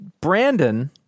Brandon